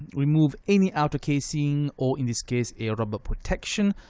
remove any outer casing or in this case a rubber protection,